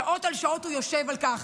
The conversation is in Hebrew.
שעות על שעות הוא יושב על כך,